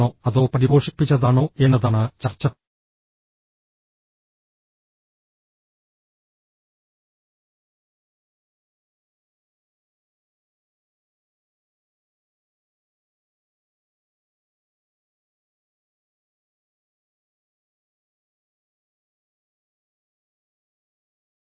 അതിനാൽ ഒന്നും പറയാതെ ആളുകൾക്ക് ഉടൻ തന്നെ മനസ്സിലാകുകയും അവർ മിണ്ടാതിരിക്കുകയും ചെയ്യുന്നു